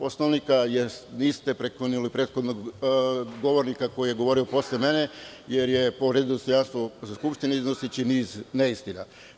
Poslovnika, jer niste prekinuli prethodnog govornika, koji je govorio posle mene, jer je povredio dostojanstvo Skupštine, iznoseći niz neistina.